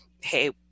hey